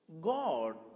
God